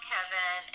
Kevin